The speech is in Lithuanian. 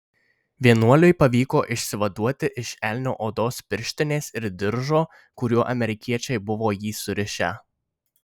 vienuoliui pavyko išsivaduoti iš elnio odos pirštinės ir diržo kuriuo amerikiečiai buvo jį surišę